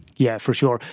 yeah for sure.